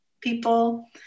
people